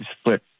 split